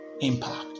impact